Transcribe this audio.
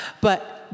but-